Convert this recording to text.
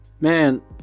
Man